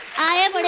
i am